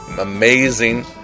amazing